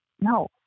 no